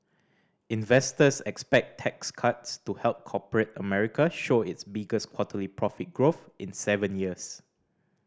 investors expect tax cuts to help corporate America show its biggest quarterly profit growth in seven years